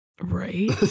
Right